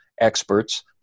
experts